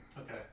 Okay